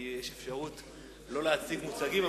כי יש אפשרות לא להציג מוצגים.